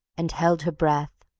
and held her breath.